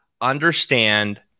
understand